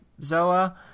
Zoa